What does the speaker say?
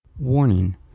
Warning